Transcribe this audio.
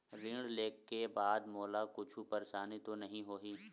ऋण लेके बाद मोला कुछु परेशानी तो नहीं होही?